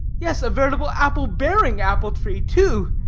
yes, a veritable apple-bearing apple tree, too,